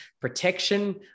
PROTECTION